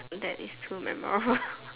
that is too memorable